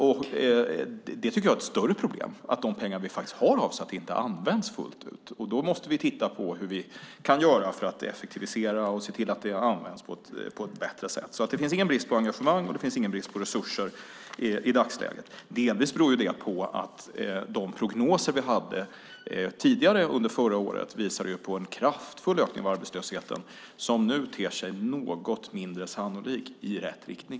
Jag tycker att det är ett större problem att de pengar vi faktiskt har avsatt inte används fullt ut. Därför måste vi titta på vad vi kan göra för att effektivisera och se till att pengarna används på ett bättre sätt. Det finns alltså ingen brist på engagemang och ingen brist på resurser i dagsläget. Delvis beror det på att de prognoser vi hade tidigare, under förra året, visade på en kraftig ökning av arbetslösheten. Den ökningen ter sig nu något mindre sannolik - i rätt riktning.